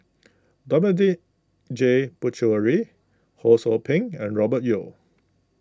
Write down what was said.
Dominic J Puthucheary Ho Sou Ping and Robert Yeo